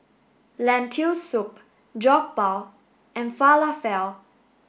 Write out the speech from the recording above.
lentil soup Jokbal and Falafel